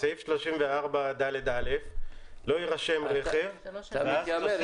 בסעיף 34ד(א): לא יירשם רכב --- אתה מתיימר.